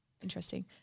Interesting